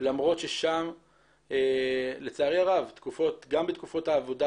למרות ששם לצערי הרב גם בתקופות העבודה